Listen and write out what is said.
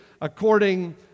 According